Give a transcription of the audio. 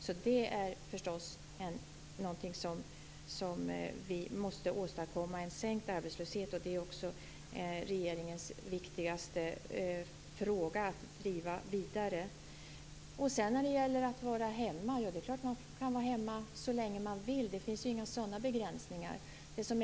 En sänkt arbetslöshet måste åstadkommas, och det är också regeringens viktigaste fråga att driva. Det är klart att man kan vara hemma så länge man vill. Det finns inga sådana begränsningar.